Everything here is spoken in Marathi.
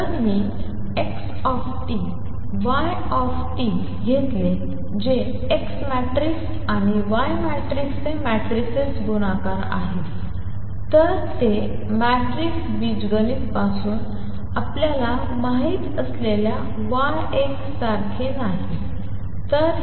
जर मी x y घेतले जे X मॅट्रिक्स आणि Y मॅट्रिक्सचे मॅट्रिसिस गुणाकार आहे तर ते मॅट्रिक्स बीजगणित पासून आपल्याला माहित असलेल्या Y X सारखे नाही